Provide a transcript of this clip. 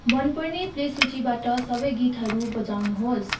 मनपर्ने प्लेसूचिबाट सबै गीतहरू बजाउनुहोस्